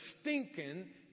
stinking